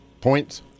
points